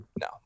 no